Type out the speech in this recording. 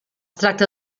tracta